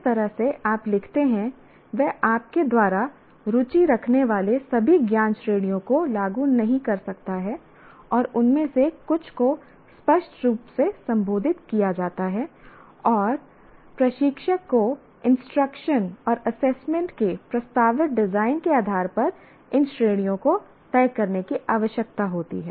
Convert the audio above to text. जिस तरह से आप लिखते हैं वह आपके द्वारा रुचि रखने वाले सभी ज्ञान श्रेणियों को लागू नहीं कर सकता है और उनमें से कुछ को स्पष्ट रूप से संबोधित किया जाता है और प्रशिक्षक को इंस्ट्रक्शन और एसेसमेंट के प्रस्तावित डिजाइन के आधार पर इन श्रेणियों को तय करने की आवश्यकता होती है